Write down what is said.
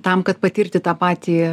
tam kad patirti tą patį